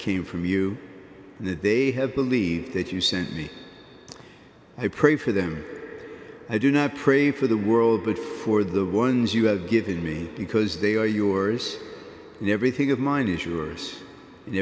came from you and that they have believed that you sent me i pray for them i do not pray for the world but for the ones you have given me because they are yours and everything of mine is yours and